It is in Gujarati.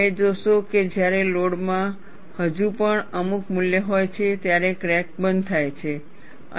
તમે જોશો કે જ્યારે લોડમાં હજુ પણ અમુક મૂલ્ય હોય છે ત્યારે ક્રેક બંધ છે